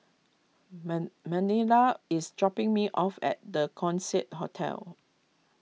Men Manila is dropping me off at the Keong Saik Hotel